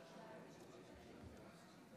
עשר דקות לרשותך.